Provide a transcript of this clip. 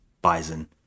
Bison